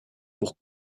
pour